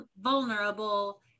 vulnerable